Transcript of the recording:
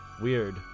Weird